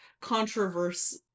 controversy